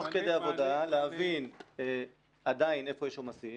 תוך כדי עבודה להבין עדיין איפה יש עומסים.